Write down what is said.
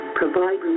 provide